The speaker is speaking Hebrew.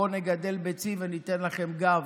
בואו נגדל ביצים וניתן לכם גב.